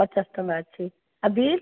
ପଚାଶ ଟଙ୍କା ଅଛି ଆଉ ବିନସ୍